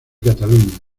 cataluña